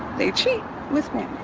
they cheat with